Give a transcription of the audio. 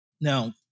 Now